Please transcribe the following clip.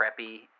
preppy